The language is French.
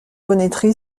bonneterie